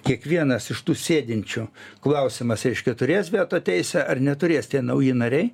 kiekvienas iš tų sėdinčių klausimas reiškia turės veto teisę ar neturės tie nauji nariai